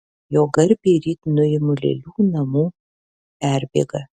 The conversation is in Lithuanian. jo garbei ryt nuimu lėlių namų perbėgą